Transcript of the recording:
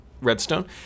Redstone